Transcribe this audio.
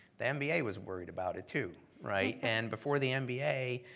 the mba was worried about it, too, right? and before the mba